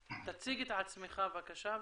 תציג את עצמך, בבקשה.